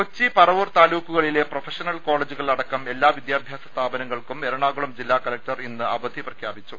കൊച്ചി പറവൂർ താലൂക്കുകളിൽ പ്രൊഫഷണൽ കോളേജുകൾ അടക്കം എല്ലാ വിദ്യാഭ്യാസ സ്ഥാപനങ്ങൾക്കും എറണാകുളം ജില്ലാ കളക്ടർ ഇന്ന് അവധി പ്രഖ്യാപിച്ചു